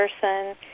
person